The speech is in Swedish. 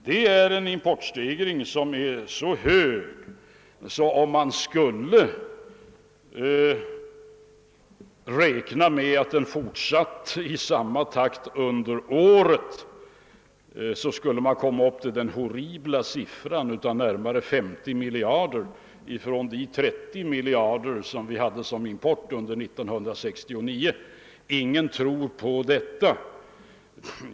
Den importstegringen är så hög att man, om man räknar med att den fortsätter i samma takt under hela året, skulle komma upp till den horribla siffran av närmare 50 miljarder, jämfört med 30 miljarder under år 1969. Ingen tror på detta.